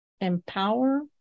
empower